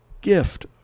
gift